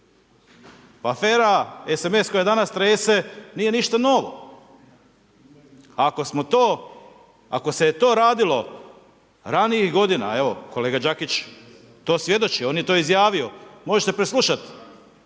Afera SMS koja danas trese nije ništa novo. Ako se je to radilo ranijih g. evo, kolega Đakić to i svjedoči, on je to izjavio, možete preslušati